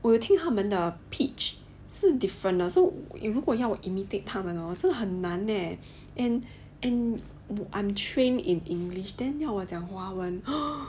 我听他们的 pitch 是 different 的 so 如果要我 imitate 他们 hor 真的很难 leh and and I'm trained in english then 要我讲华文